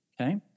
Okay